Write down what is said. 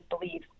believe